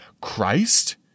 Christ